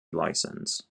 license